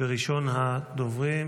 ראשון הדוברים,